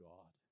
God